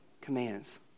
commands